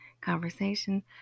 conversation